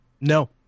No